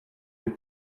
les